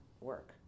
work